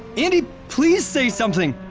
andi, please say something!